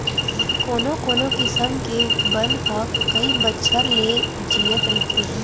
कोनो कोनो किसम के बन ह कइ बछर ले जियत रहिथे